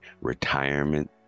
retirement